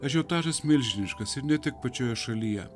ažiotažas milžiniškas ir ne tik pačioje šalyje